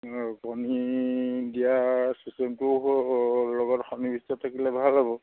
কণী দিয়া চিষ্টেমটো লগত সন্নিবিষ্ট থাকিলে ভাল হ'ব